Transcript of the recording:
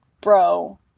bro